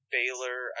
Baylor